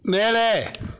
மேலே